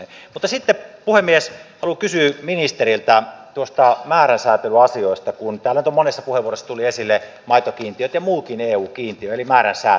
mutta sitten puhemies haluan kysyä ministeriltä noista määrän sääntelyasioista kun täällä nyt monessa puheenvuorossa tulivat esille maitokiintiöt ja muutkin eu kiintiöt eli määrän sääntely